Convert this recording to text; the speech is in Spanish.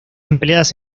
empleadas